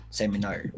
seminar